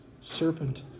serpent